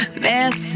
miss